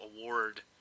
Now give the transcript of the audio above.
award